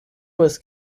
was